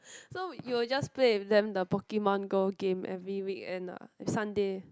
so you'll just play with them the Pokemon-Go game every weekend ah Sunday